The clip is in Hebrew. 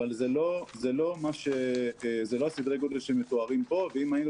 אבל זה לא סדרי הגודל שמתוארים פה ואם היינו